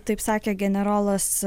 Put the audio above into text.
taip sakė generolas